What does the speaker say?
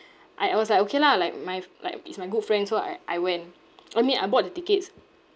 I I was like okay lah like my f~ like it's my good friend so I I went I mean I bought the tickets